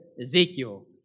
Ezekiel